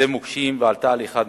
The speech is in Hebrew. לשדה מוקשים ועלתה על אחד מהם.